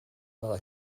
but